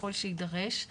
ככל שיידרש.